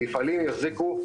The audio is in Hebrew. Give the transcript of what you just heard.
המפעלים החזיקו,